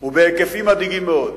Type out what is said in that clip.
ובהיקפים מדאיגים מאוד.